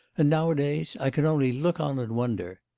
and nowadays, i can only look on and wonder.